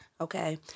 okay